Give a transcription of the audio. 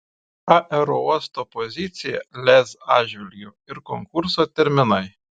aerouosto pozicija lez atžvilgiu ir konkurso terminai